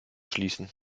schließen